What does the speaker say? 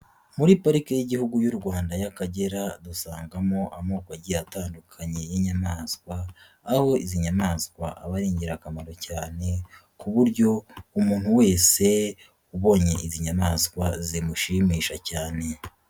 Muri parike y'Igihugu y'u Rwanda y'Akagera dusangamo amoko agiye atandukanye y'inyamaswa aho izi nyamaswa aba ari ingirakamaro cyane ku buryo umuntu wese ubonye izi nyamaswa zimushimisha cyane.